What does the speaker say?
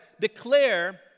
declare